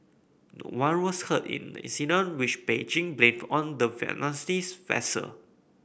one was hurt in the incident which Beijing blamed on the vessel